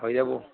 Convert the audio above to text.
হৈ যাব